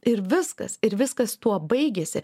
ir viskas ir viskas tuo baigiasi